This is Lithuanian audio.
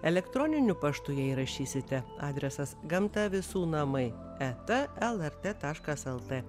elektroniniu paštu jei rašysite adresas gamta visų namai eta lrt taškas lt